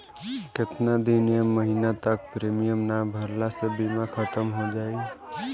केतना दिन या महीना तक प्रीमियम ना भरला से बीमा ख़तम हो जायी?